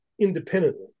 independently